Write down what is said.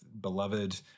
beloved